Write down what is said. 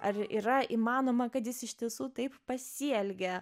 ar yra įmanoma kad jis iš tiesų taip pasielgė